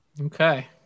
Okay